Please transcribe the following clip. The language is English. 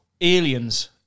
aliens